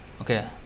Okay